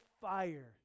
fire